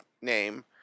name